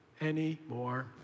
anymore